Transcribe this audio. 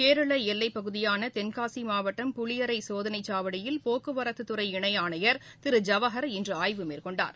கேரள எல்லைப்பகுதியான தென்காசி மாவட்டம் புலியரை சோதனைச்சாவடியில் போக்குவரத்துத்துறை இணை ஆணையர் திரு ஜவஹர் இன்று ஆய்வு மேற்கொண்டார்